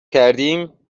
کردیم